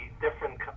different